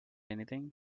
anything